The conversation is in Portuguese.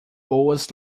boas